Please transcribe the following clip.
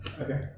Okay